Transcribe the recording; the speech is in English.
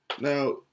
now